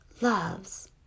loves